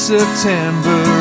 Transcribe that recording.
September